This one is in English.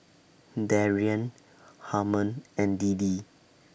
Darian Harmon and Deedee